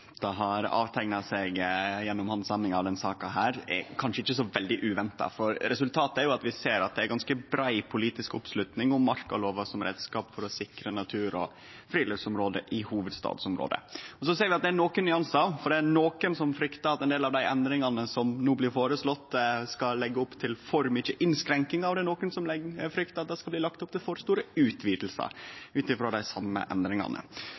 som har vist seg gjennom handsaminga av denne saka, er kanskje ikkje så veldig uventa. Resultatet er jo at vi ser at det er ganske brei politisk oppslutning om markalova som reiskap for å sikre natur og friluftsområde i hovudstadsområdet. Så ser vi at det er nokre nyansar, for det er nokre som fryktar at ein del av dei endringane som no blir føreslått, skal leggje opp til for mykje innskrenking, og det er nokre som fryktar at det skal bli lagt opp til for store utvidingar, ut frå dei same endringane.